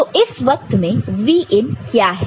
तो इस वक्त में Vin क्या है